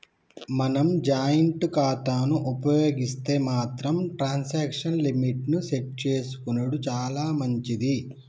మనం జాయింట్ ఖాతాను ఉపయోగిస్తే మాత్రం ట్రాన్సాక్షన్ లిమిట్ ని సెట్ చేసుకునెడు చాలా మంచిది